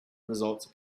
results